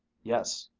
yes,